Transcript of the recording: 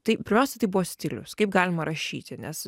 tai pirmiausia tai buvo stilius kaip galima rašyti nes